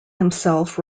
himself